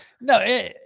No